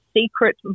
secret